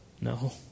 No